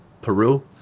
Peru